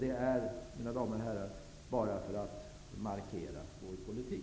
Det gör jag, mina damer och herrar, bara för att markera vår politik.